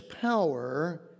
power